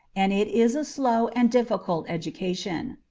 and it is a slow and difficult education.